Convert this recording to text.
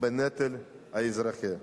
בנטל האזרחי.